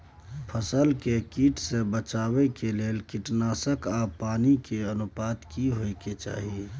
फसल के कीट से बचाव के लेल कीटनासक आ पानी के की अनुपात होय चाही?